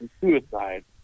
suicide